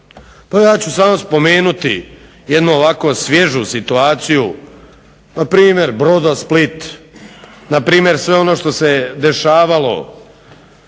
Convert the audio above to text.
Pa ja ću samo spomenuti jednu ovako svježu situaciju na primjer "Brodosplit", na primjer sve ono što se dešavalo